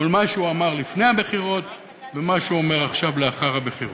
מול מה שהוא אמר לפני הבחירות ומה שהוא אומר עכשיו לאחר הבחירות.